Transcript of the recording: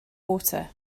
water